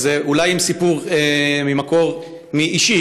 אז אולי עם סיפור ממקור אישי,